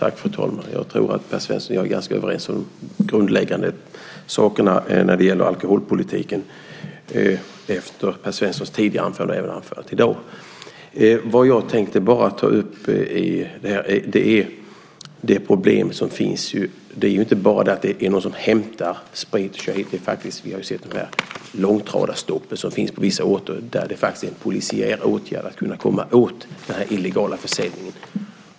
Fru talman! Jag tror att Per-Olof Svensson och jag är ganska överens om de grundläggande sakerna när det gäller alkoholpolitiken efter Per-Olof Svenssons tidigare anföranden och även anförandet i dag. Vad jag tänkte ta upp är de problem som finns. Det är inte bara så att det är någon som hämtar spriten. Vi har faktiskt sett långtradarstoppen på vissa håll där det faktiskt krävs polisiära åtgärder för att komma åt den illegala försäljningen.